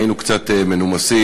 היינו קצת מנומסים,